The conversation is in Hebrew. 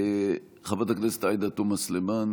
חברת הכנסת עאידה תומא סלימאן,